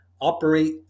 operate